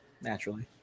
Naturally